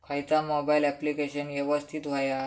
खयचा mobile application यवस्तित होया?